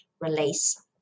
release